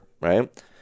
right